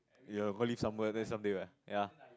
ya going leave somewhere take some leave right ya